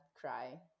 cry